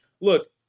Look